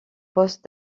poste